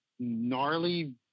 gnarly